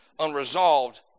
unresolved